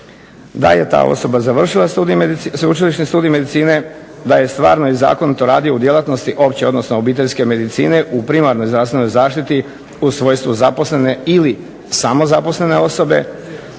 da je ta osoba završila sveučilište, studij medicine, da je stvarno i zakonito radio u djelatnosti opće odnosno obiteljske medicine u primarnoj zdravstvenoj zaštititi u svojstvu zaposlene ili samozaposlene osobe,